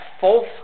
false